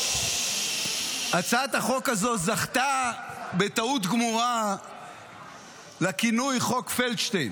הצעת החוק הזו זכתה בטעות גמורה לכינוי חוק פלדשטיין,